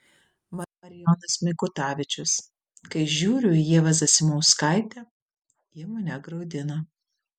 marijonas mikutavičius kai žiūriu į ievą zasimauskaitę ji mane graudina